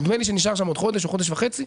נדמה לי שנשאר שם עוד חודש או חודש וחצי.